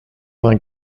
vingt